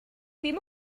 ddim